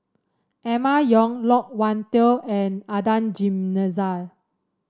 Emma Yong Loke Wan Tho and Adan Jimenez